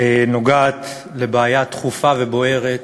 נוגעת לבעיה דחופה ובוערת,